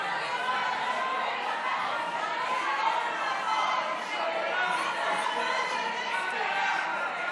ההצעה להעביר את הנושא לוועדה לא נתקבלה.